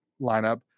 lineup